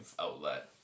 outlet